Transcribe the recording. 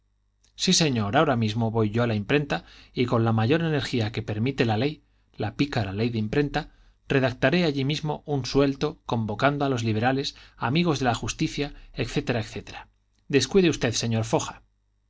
sí señor ahora mismo voy yo a la imprenta y con la mayor energía que permite la ley la pícara ley de imprenta redactaré allí mismo un suelto convocando a los liberales amigos de la justicia etc etc descuide usted señor foja